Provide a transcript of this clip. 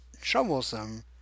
troublesome